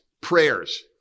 Prayers